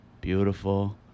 beautiful